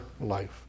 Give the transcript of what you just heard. life